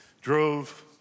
drove